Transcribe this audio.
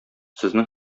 сезнең